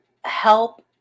help